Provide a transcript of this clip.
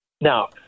Now